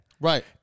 Right